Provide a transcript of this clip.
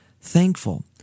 thankful